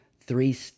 three